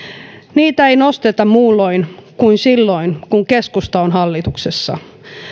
niitä ei nosteta muulloin kuin silloin kun keskusta on hallituksessa